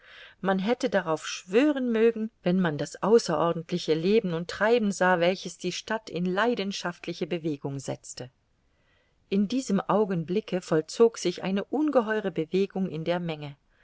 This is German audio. man hätte darauf schwören mögen wenn man das außerordentliche leben und treiben sah welches die stadt in leidenschaftliche bewegung setzte in diesem augenblicke vollzog sich eine ungeheure bewegung in der menge